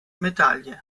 medaille